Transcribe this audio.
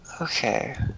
Okay